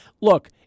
Look